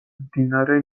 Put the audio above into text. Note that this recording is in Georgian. მდინარე